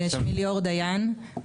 שמי לי-אור דיין.